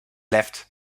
left